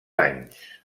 anys